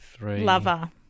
lover